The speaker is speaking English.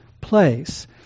place